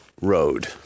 road